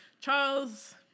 Charles